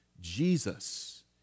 Jesus